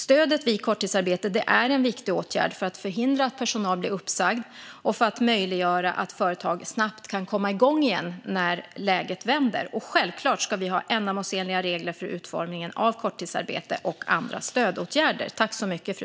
Stödet vid korttidsarbete är en viktig åtgärd för att förhindra att personal blir uppsagd och för att möjliggöra att företag snabbt kommer igång igen när det vänder. Självklart ska vi ha ändamålsenliga regler för utformningen av korttidsarbete och andra stödåtgärder.